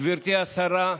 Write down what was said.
גברתי השרה,